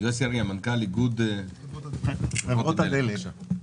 מנכ"ל איגוד חברות הדלק, בבקשה.